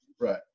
right